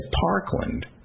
parkland